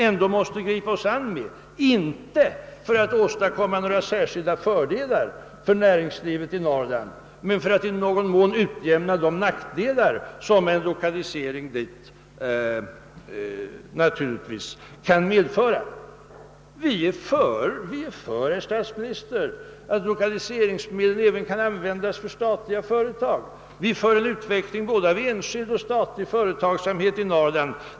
Vi bör göra det inte för att åstadkomma några särskilda fördelar för näringslivet i Norrland, utan för att utjämna de nackdelar som en lokalisering dit kan medföra. Vi är för att lokaliseringsmedel skall användas även för statliga företag. Vi vill ha en utveckling av både statlig och enskild företagsamhet i Norrland.